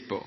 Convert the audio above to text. i